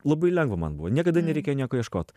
labai lengva man buvo niekada nereikėjo nieko ieškot